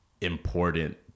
important